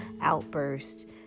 outburst